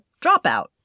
dropout